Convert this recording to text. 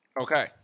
Okay